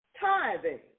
Tithing